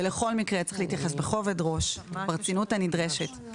ולכל מקרה צריך להתייחס בכובד ראש וברצינות הנדרשת.